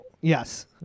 yes